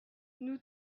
nous